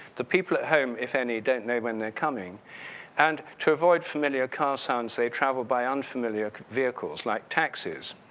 the people at home, if any, don't know when they're coming and to avoid familiar car signs, they travel by unfamiliar vehicles like taxis.